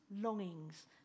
longings